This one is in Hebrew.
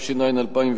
התש"ע 2010,